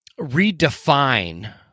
redefine